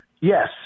Yes